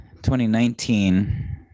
2019